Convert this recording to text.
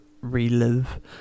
relive